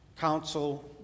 council